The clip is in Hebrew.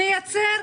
מייצר?